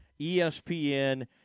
ESPN